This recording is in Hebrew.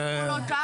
אביגדור.